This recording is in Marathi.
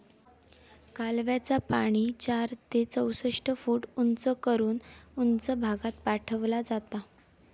कालव्याचा पाणी चार ते चौसष्ट फूट उंच करून उंच भागात पाठवला जाता